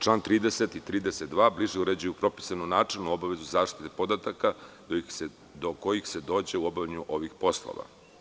Čl. 30. i 32. bliže uređuju propisanu načelnu obavezu zaštite podataka do kojih se dođe u obavljanju ovih poslova.